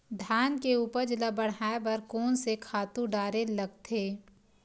धान के उपज ल बढ़ाये बर कोन से खातु डारेल लगथे?